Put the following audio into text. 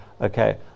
okay